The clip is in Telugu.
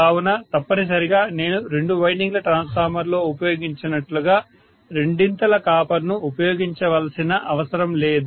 కావున తప్పనిసరిగా నేను రెండు వైండింగ్ ల ట్రాన్స్ఫార్మర్లో ఉపయోగించినట్లుగా రెండింతల కాపర్ ను ఉపయోగించనవసరం లేదు